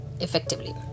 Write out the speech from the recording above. effectively